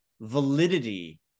validity